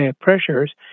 pressures